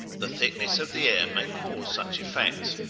the thickness of the air may cause such effects,